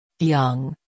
Young